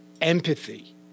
empathy